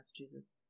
Massachusetts